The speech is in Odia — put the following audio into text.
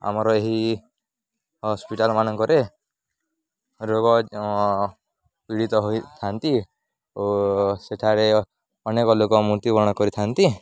ଆମର ଏହି ହସ୍ପିଟାଲ୍ମାନଙ୍କରେ ରୋଗ ପୀଡ଼ିତ ହୋଇଥାନ୍ତି ଓ ସେଠାରେ ଅନେକ ଲୋକ ମୃତ୍ୟୁବରଣ କରିଥାନ୍ତି